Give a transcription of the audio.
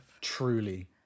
Truly